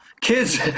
kids